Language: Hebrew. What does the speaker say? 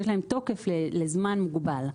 יש להם תוקף לזמן מוגבל.